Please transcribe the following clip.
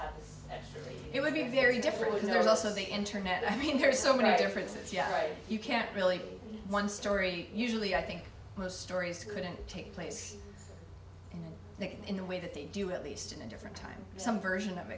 just it would be very different when there's also the internet i mean there's so many differences yeah right you can't really one story usually i think most stories couldn't take place in the way that they do at least in a different time some version of